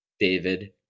david